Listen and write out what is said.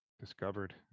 discovered